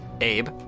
Abe